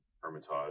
Hermitage